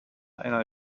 eine